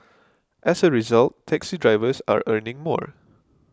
as a result taxi drivers are earning more